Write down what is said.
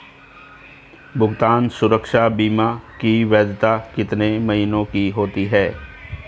भुगतान सुरक्षा बीमा की वैधता कितने महीनों की होती है?